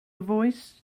voice